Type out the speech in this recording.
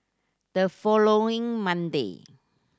the following Monday